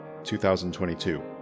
2022